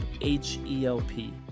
H-E-L-P